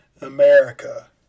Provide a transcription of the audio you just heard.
America